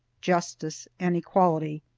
justice and equality.